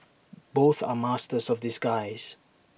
both are masters of disguise